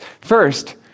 First